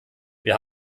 wir